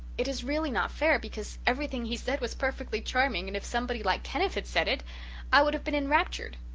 it is really not fair, because everything he said was perfectly charming and if somebody like kenneth had said it i would have been enraptured.